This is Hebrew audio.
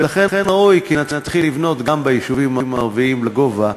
ולכן ראוי כי נתחיל לבנות גם ביישובים הערביים לגובה,